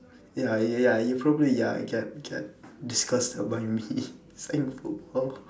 ya ya you probably ya get get disgusted by me saying football